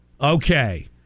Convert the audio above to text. Okay